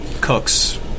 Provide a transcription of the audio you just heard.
cooks